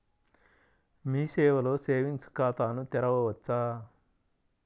మీ సేవలో సేవింగ్స్ ఖాతాను తెరవవచ్చా?